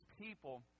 people